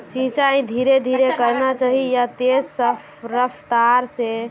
सिंचाई धीरे धीरे करना चही या तेज रफ्तार से?